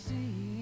See